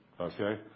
Okay